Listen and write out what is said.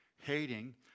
hating